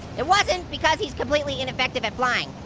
it wasn't because he's completely ineffective at flying.